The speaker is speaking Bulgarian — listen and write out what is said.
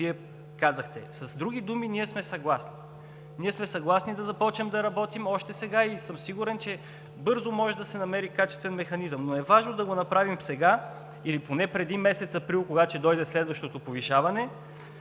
което Вие казахте. С други думи, ние сме съгласни да започнем да работим още сега и съм сигурен, че бързо може да се намери качествен механизъм, но е важно да го направим сега или поне преди месец април, когато ще дойде следващото повишаване.